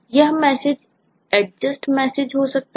यह message adjust message हो सकता है